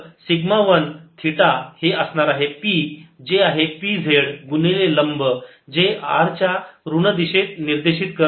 तर sigma 1 theta हे असणार आहे P जे आहे की P z गुणिले लंब जे r च्या ऋण दिशेत निर्देशीत करत आहे